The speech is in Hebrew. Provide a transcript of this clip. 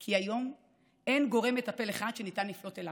כי היום אין גורם מטפל אחד שניתן לפנות אליו.